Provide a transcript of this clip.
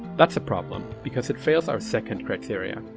that's a problem, because it fails our second criteria.